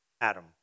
Adam